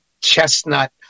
chestnut